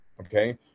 Okay